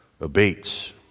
abates